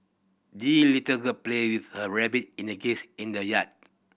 the little girl played with her rabbit and geese in the yard